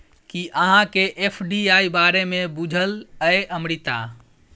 कि अहाँकेँ एफ.डी.आई बारे मे बुझल यै अमृता?